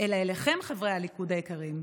אלא אליכם, חברי הליכוד היקרים.